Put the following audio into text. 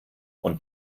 und